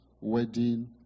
wedding